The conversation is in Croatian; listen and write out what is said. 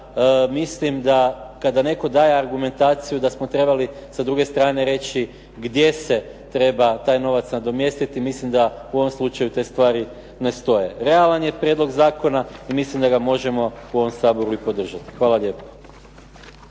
mislim da kada netko daje argumentaciju da smo trebali sa druge strane reći gdje se treba taj novac nadomjestiti, milim da u ovom slučaju te stvari ne stoje. Realan je prijedlog zakona i mislim da ga možemo u ovom saboru i podržati. Hvala lijepo.